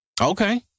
Okay